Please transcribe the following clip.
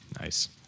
Nice